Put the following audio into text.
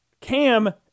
Cam